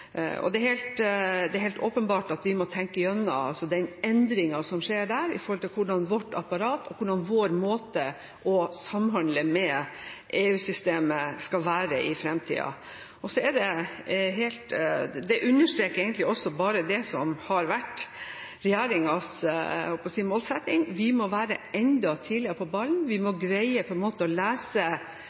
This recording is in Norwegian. stor. Det er helt åpenbart at vi må tenke igjennom de endringene som skjer der, i forhold til vårt apparat og hvordan vår måte å samhandle med EU-systemet skal være i framtiden. Det understreker egentlig bare det som har vært regjeringens målsetting: Vi må være enda tidligere på ballen. Vi må greie å lese prosessene i Brussel på en enda bedre måte, for å